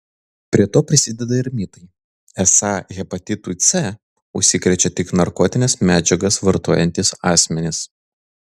prie to prisideda ir mitai esą hepatitu c užsikrečia tik narkotines medžiagas vartojantys asmenys